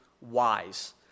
wise